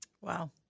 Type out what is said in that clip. Wow